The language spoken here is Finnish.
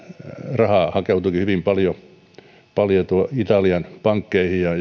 rahaa hakeutui hyvin paljon paljon italian pankkeihin ja